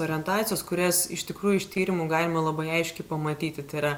orientacijos kurias iš tikrųjų iš tyrimu galima labai aiškiai pamatyti tai yra